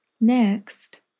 Next